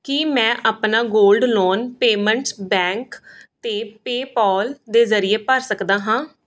ਕੀ ਮੈਂ ਆਪਣਾ gold loan payments bank 'ਤੇ ਪੇ ਪਾਲ ਦੇ ਜਰੀਏ ਭਰ ਸਕਦਾ ਹਾਂ